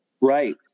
right